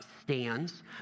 stands